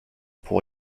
pour